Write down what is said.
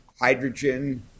hydrogen